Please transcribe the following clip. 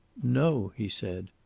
no, he said.